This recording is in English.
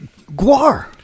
Guar